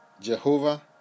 Jehovah